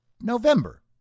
November